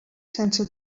sense